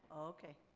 okay.